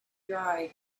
dried